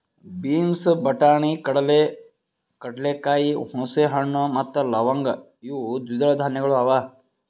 beans, ಬಟಾಣಿ, ಕಡಲೆ, ಕಡಲೆಕಾಯಿ, ಹುಣಸೆ ಹಣ್ಣು ಮತ್ತ ಲವಂಗ್ ಇವು ದ್ವಿದಳ ಧಾನ್ಯಗಳು ಅವಾ